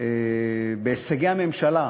בהישגי הממשלה,